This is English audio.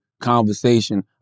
conversation